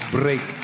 break